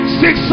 six